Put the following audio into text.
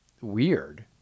weird